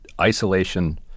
isolation